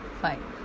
five